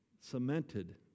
cemented